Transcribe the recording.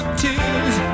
tears